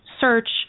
search